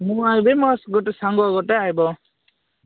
ମୁଁ ଆଇବି ମୋ ଗୋଟେ ସାଙ୍ଗ ଗୋଟେ ଆଇବ